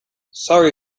sorry